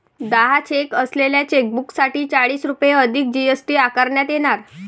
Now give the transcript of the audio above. दहा चेक असलेल्या चेकबुकसाठी चाळीस रुपये अधिक जी.एस.टी आकारण्यात येणार